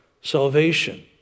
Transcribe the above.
salvation